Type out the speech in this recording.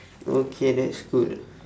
okay that's cool